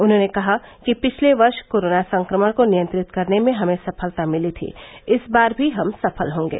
उन्होंने कहा कि पिछले वर्ष कोरोना संक्रमण को नियंत्रित करने में हमें सफलता मिली थी इस बार भी हम सफल होंगे